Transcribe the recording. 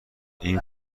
این